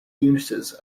uses